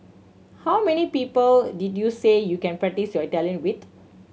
how many people did you say you can practise your Italian with